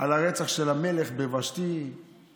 על הרצח של ושתי בידי המלך.